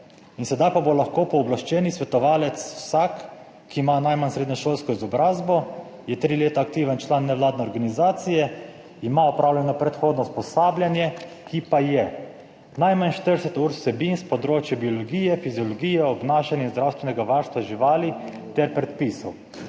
sedaj pa bo lahko pooblaščeni svetovalec vsak, ki ima najmanj srednješolsko izobrazbo, je tri leta aktiven član nevladne organizacije, ima opravljeno predhodno usposabljanje, ki pa je najmanj 40 ur vsebin s področja biologije, fiziologije, obnašanja zdravstvenega varstva živali ter predpisov.